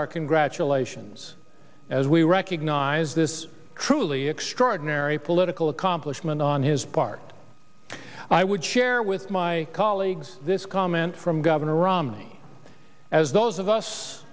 our congratulations as we recognize this truly extraordinary political accomplishment on his part i would share with my colleagues this comment from governor romney as those of us